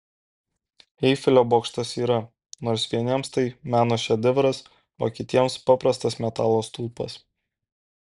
eifelio bokštas yra nors vieniems tai meno šedevras o kitiems paprastas metalo stulpas